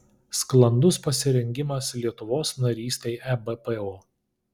sklandus pasirengimas lietuvos narystei ebpo